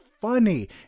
funny